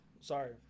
sorry